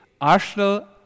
Arsenal